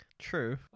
True